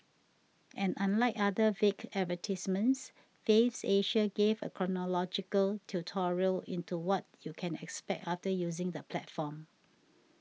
and unlike other vague advertisements Faves Asia gave a chronological tutorial into what you can expect after using the platform